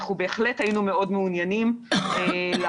אנחנו בהחלט היינו מאוד מעוניינים לעשות